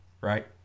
right